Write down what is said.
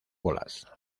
bolas